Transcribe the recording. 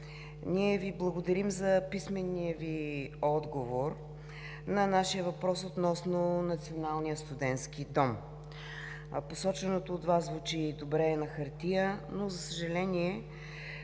ние Ви благодарим за писмения отговор на въпроса относно Националния студентски дом. Посоченото от Вас звучи добре на хартия, но, за съжаление,